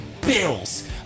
Bills